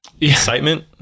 Excitement